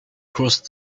crossed